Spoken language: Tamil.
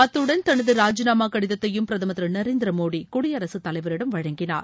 அத்துடன் தனது ராஜினாமா கடிதத்தையும் பிரதமர் திரு நரேந்திர மோடி குடியரகத்தலைவரிடம் வழங்கினார்